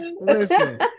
Listen